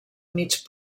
mig